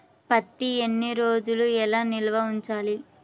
పత్తి ఎన్ని రోజులు ఎలా నిల్వ ఉంచాలి?